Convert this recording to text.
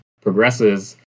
progresses